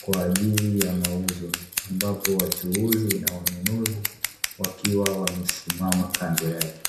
kwaajili ya mauzo, ambapo wachuuzi na wanunuzi wakiwa wamesimama kando yake.